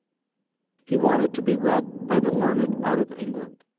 he wanted to be read by the learned out of england,